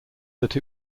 that